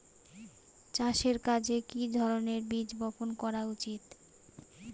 চাষের কাজে কি ধরনের বীজ বপন করা উচিৎ?